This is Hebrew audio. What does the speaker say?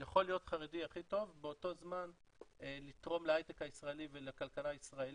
הוא יכול להיות חרדי הכי טוב ובאותו זמן לתרום להייטק ולכלכלה הישראלית,